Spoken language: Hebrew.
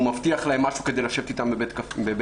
הוא מבטיח להן משהו כדי לשבת איתן בבית קפה.